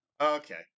Okay